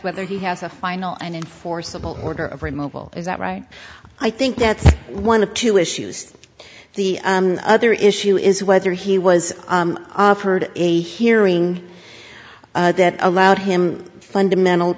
whether he has a final and enforceable order of red mobile is that right i think that's one of two issues the other issue is whether he was offered a hearing that allowed him fundamental